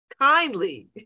kindly